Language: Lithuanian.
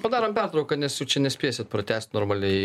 padarom pertrauką nes jau čia nespėsit pratęst normaliai